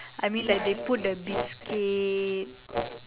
I mean like they put the biscuit